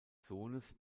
sohnes